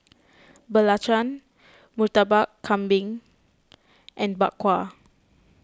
Belacan Murtabak Kambing and Bak Kwa